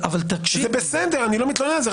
זה בסדר, אני לא מתלונן על זה.